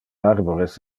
arbores